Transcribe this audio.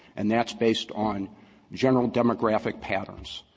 and that's based on general demographic patterns,